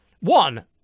one